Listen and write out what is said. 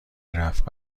رفت